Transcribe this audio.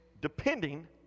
depending